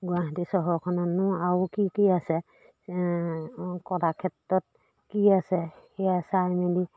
গুৱাহাটী চহৰখনতনো আৰু কি কি আছে কলাক্ষেত্ৰত কি আছে সেয়া চাই মেলি